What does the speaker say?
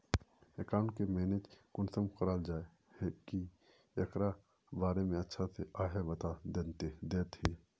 Account के manage कुंसम कराल जाय है की एकरा बारे में अच्छा से आहाँ बता देतहिन?